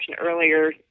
earlier